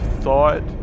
thought